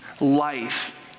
life